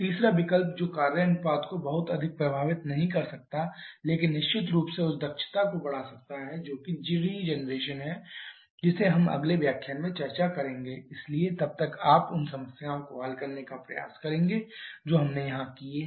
तीसरा विकल्प जो कार्य अनुपात को बहुत अधिक प्रभावित नहीं कर सकता है लेकिन निश्चित रूप से उस दक्षता को बढ़ा सकता है जो कि रीजेनरेशन है जिसे हम अगले व्याख्यान में चर्चा करेंगे इसलिए तब तक आप उन समस्याओं को हल करने का प्रयास करेंगे जो हमने यहां किए हैं